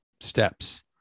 steps